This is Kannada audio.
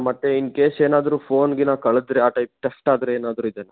ಮತ್ತೆ ಇನ್ಕೇಸ್ ಏನಾದರೂ ಫೋನ್ಗಿಂತ ಕಳೆದ್ರೆ ಆ ಟೈಪ್ ಟೆಫ್ಟ್ ಆದರೆ ಏನಾದರೂ ಇದೆ